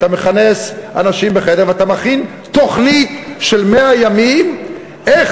אתה מכנס אנשים בחדר ואתה מכין תוכנית של 100 ימים איך